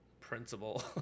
principal